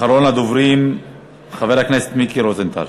אחרון הדוברים, חבר הכנסת מיקי רוזנטל.